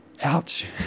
Ouch